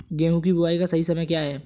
गेहूँ की बुआई का सही समय क्या है?